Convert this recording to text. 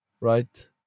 right